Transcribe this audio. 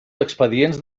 expedients